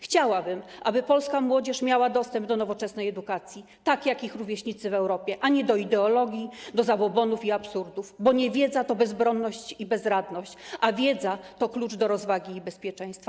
Chciałabym, aby polska młodzież miała dostęp do nowoczesnej edukacji, tak jak ich rówieśnicy w Europie, a nie do ideologii, do zabobonów i absurdów, bo niewiedza to bezbronność i bezradność, a wiedza to klucz do rozwagi i bezpieczeństwa.